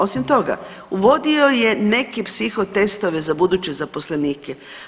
Osim toga, uvodio je neke psiho testove za buduće zaposlenike.